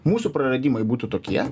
mūsų praradimai būtų tokie